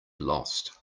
lost